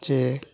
যে